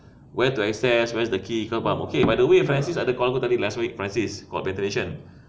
where to access where's the key kau faham okay by the way francis ada call aku tadi last week francis corporation